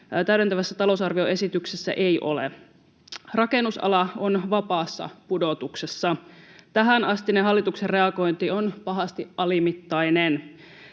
täydentävässä talousarvioesityksessä ei ole. Rakennusala on vapaassa pudotuksessa. Tähänastinen hallituksen reagointi on pahasti alimittainen.